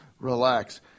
Relax